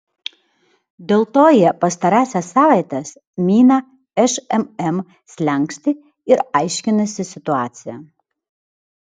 dėl to jie pastarąsias savaites mina šmm slenkstį ir aiškinasi situaciją